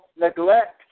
neglect